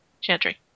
Chantry